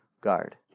guard